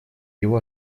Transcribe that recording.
его